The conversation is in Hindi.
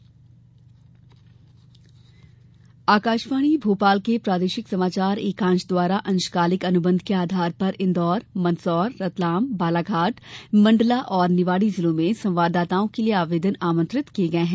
अंशकालिक संवाददाता आकाशवाणी भोपाल के प्रादेशिक समाचार एकांश द्वारा अंशकालिक अनुबंध के आधार पर इन्दौर मंदसौर रतलाम बालाघाट मंडला और निवाड़ी जिलों में संवाददाताओं के लिये आवेदन आमंत्रित किये गये हैं